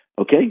Okay